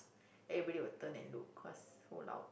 everybody will turn and look cause so loud